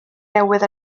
newydd